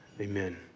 amen